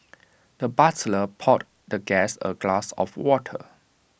the butler poured the guest A glass of water